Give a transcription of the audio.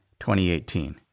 2018